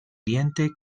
diente